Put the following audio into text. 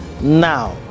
now